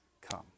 come